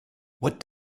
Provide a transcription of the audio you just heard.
what